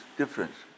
difference